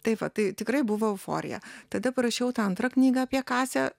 tai va tai tikrai buvo euforija tada parašiau tą antrą knygą apie kasę